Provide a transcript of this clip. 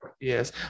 Yes